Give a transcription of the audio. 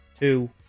two